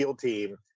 team